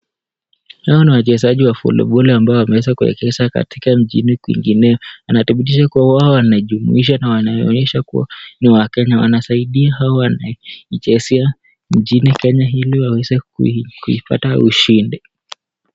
Hawa ni wachezaji wa foliboli ambao wameeza kuyacheza katika mjini ili kuingilia, anatibitisha kuwa hawa wanajumuisha na wanaonyesha kuwa ni wa Kenya, na wanasaidia hawa wanachezea, nchini Kenya ili wawese, kuipata ushindi.